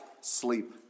sleep